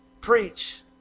preach